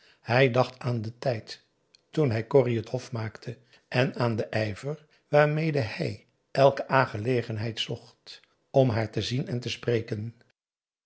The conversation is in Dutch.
hij dacht aan den tijd toen hij corrie het hof maakte en aan den ijver waarmede hij elke aangelegenheid zocht om haar te zien en te spreken